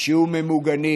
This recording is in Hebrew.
שיהיו ממוגנים,